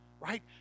right